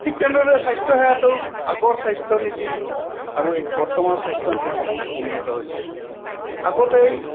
ঠিক তেনেদৰে স্বাস্থ্যসেৱাটো আগৰ স্বাস্থ্য নীতি আৰু এই বৰ্তমানৰ স্বাস্থ্য নীতি বহুত উন্নত হৈছে আগতে এই